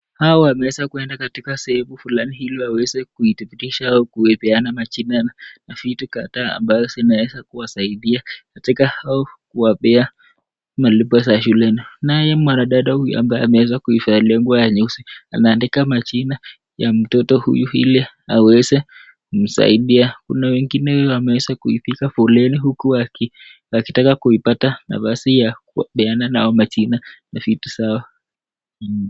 Hawa wameweza kwenda katika sehemu fulani ili waweze kuidhibitisha au kupeana majina na vitu kadhaa ambavyo zinaweza kuwasaidia katika kuwapea malipo ya shuleni. Naye mwanadada huyu ambaye ameweza kuivaa ile nguo ya nyeusi, anaandika majina ya mtoto huyu ili aweze kumsaidia. Kuna wengineo wameweza kupiga foleni huku wakitaka kuipata nafasi ya kupeana nao majina na vitu zao.